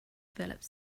developed